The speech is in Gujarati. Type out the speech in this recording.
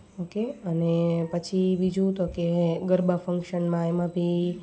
મુકે અને પછી બીજું તો કે ગરબા ફંક્શનમાં એમાં બી